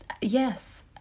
yes